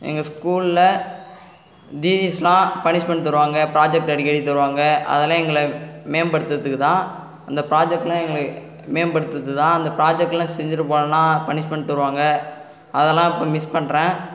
எங்கள் ஸ்கூலில் டீச்சர்ஸ்லாம் பனிஷ்மென்ட் தருவாங்க ப்ராஜெக்ட் அடிக்கடி தருவாங்க அதெல்லாம் எங்களை மேம்படுத்துறதுக்கு தான் அந்த ப்ராஜெக்ட்லாம் எங்களுக்கு மேம்படுத்துறதுக்கு தான் அந்த ப்ராஜெக்ட்லாம் செஞ்சிட்டு போலைன்னா பனிஷ்மென்ட் தருவாங்க அதெல்லாம் இப்போ மிஸ் பண்ணுறேன்